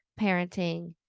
parenting